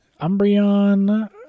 Umbreon